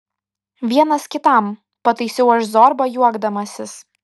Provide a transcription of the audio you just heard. vienas kitam pataisiau aš zorbą juokdamasis